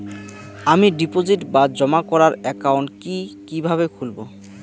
আমি ডিপোজিট বা জমা করার একাউন্ট কি কিভাবে খুলবো?